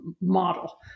model